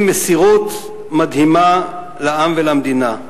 עם מסירות מדהימה לעם ולמדינה.